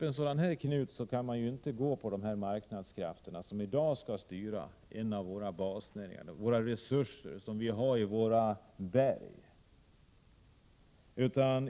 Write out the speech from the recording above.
En sådan här knut kan inte lösas av de marknadskrafter som i dag styr en av de svenska basnäringarna, fotad på de resurser som finns i våra berg.